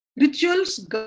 Rituals